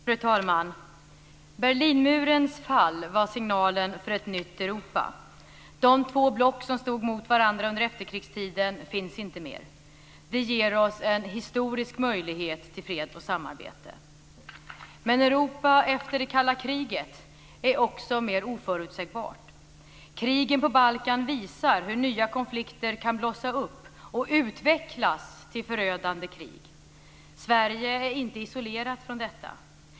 Fru talman! Berlinmurens fall var signalen för ett nytt Europa. De två block som stod mot varandra under efterkrigstiden finns inte mer. Det ger oss en historisk möjlighet till fred och samarbete. Men Europa efter det kalla kriget är också mer oförutsägbart. Krigen på Balkan visar hur nya konflikter kan blossa upp och utvecklas till förödande krig. Sverige är inte isolerat från detta.